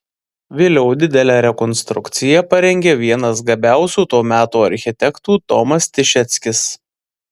vėliau didelę rekonstrukciją parengė vienas gabiausių to meto architektų tomas tišeckis